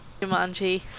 Jumanji